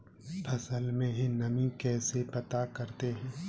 फसल में नमी कैसे पता करते हैं?